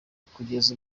kugeza